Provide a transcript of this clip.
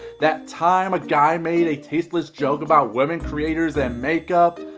that time a guy made a tasteless joke about women creators and makeup,